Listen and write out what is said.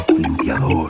limpiador